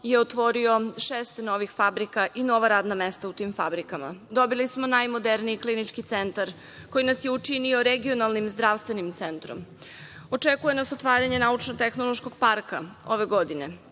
on je otvorio šest novih fabrika i nova radna mesta u tim fabrikama. Dobili smo najmoderniji klinički centar koji nas je učinio regionalnim zdravstvenim centrom. Očekuje nas otvaranje Naučno-tehnološkog parka ove godine.